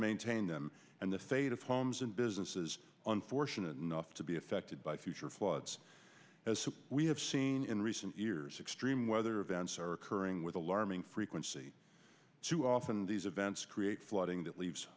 maintain them and the fate of homes and businesses unfortunate enough to be affected by future floods as we have seen in recent years extreme weather events are occurring with alarming frequency too often these events create flooding that leaves